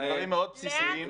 זה דברים מאוד בסיסיים.